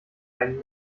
einen